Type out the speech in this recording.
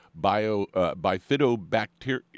bifidobacteria